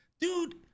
dude